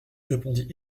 répondit